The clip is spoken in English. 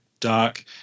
Dark